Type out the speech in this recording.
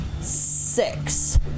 six